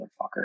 motherfucker